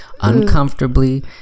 Uncomfortably